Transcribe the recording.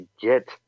get